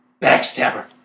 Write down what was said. Backstabber